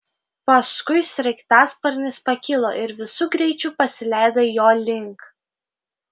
paskui sraigtasparnis pakilo ir visu greičiu pasileido jo link